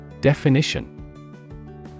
Definition